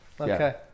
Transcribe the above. Okay